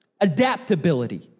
adaptability